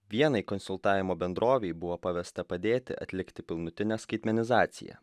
vienai konsultavimo bendrovei buvo pavesta padėti atlikti pilnutinę skaitmenizaciją